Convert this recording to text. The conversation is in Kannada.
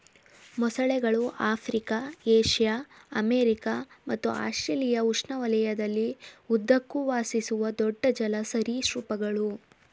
ಮೊಸಳೆಗಳು ಆಫ್ರಿಕಾ ಏಷ್ಯಾ ಅಮೆರಿಕ ಮತ್ತು ಆಸ್ಟ್ರೇಲಿಯಾ ಉಷ್ಣವಲಯದಲ್ಲಿ ಉದ್ದಕ್ಕೂ ವಾಸಿಸುವ ದೊಡ್ಡ ಜಲ ಸರೀಸೃಪಗಳು